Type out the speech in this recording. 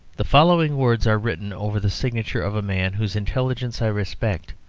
the following words are written over the signature of a man whose intelligence i respect,